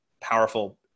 powerful